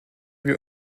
wir